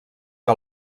que